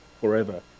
forever